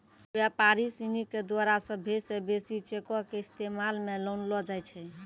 व्यापारी सिनी के द्वारा सभ्भे से बेसी चेको के इस्तेमाल मे लानलो जाय छै